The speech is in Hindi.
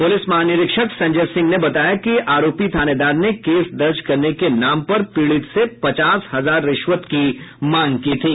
पुलिस महानिरीक्षक संजय सिंह ने बताया कि आरोपी थानेदार ने केस दर्ज करने के नाम पर पीड़ित से पचास हजार रिश्वत की मांग की थी